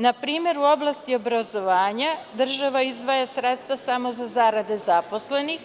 Na primer, u oblasti obrazovanja država izdvaja sredstva samo za zarade zaposlenih,